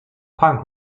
punk